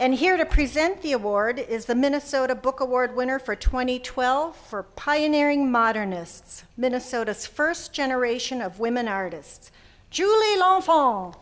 and here to present the award is the minnesota book award winner for twenty twelve for pioneering modernists minnesota's first generation of women artists julie long